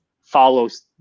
follows